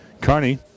Carney